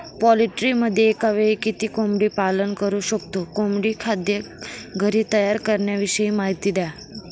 पोल्ट्रीमध्ये एकावेळी किती कोंबडी पालन करु शकतो? कोंबडी खाद्य घरी तयार करण्याविषयी माहिती द्या